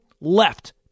left